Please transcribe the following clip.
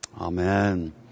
Amen